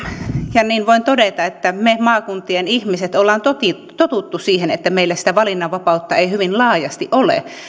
ja niin voin todeta maakuntien ihmiset olemme toki tottuneet siihen että meillä sitä valinnanvapautta ei hyvin laajasti ole